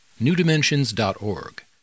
newdimensions.org